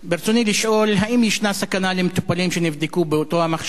ברצוני לשאול: 1. האם ישנה סכנה למטופלים שנבדקו באותו מכשיר?